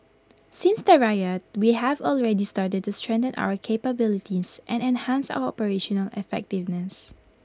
since the riot we have already started to strengthen our capabilities and enhance our operational effectiveness